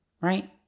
right